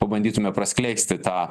pabandytume praskleisti tą